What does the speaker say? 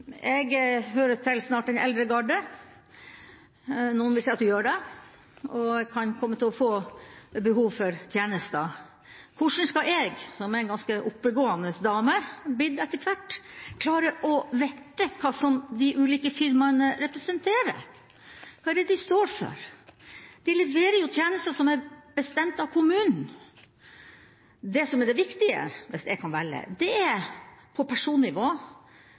Jeg hører snart til den eldre garde – noen vil si at jeg gjør det – og kan komme til å få behov for tjenester. Hvordan skal jeg, som etter hvert er blitt en ganske oppegående dame, klare å vite hva de ulike firmaene representerer? Hva er det de står for? De leverer jo tjenester som er bestemt av kommunen. Det som er det viktige hvis jeg kan få velge, er på personnivå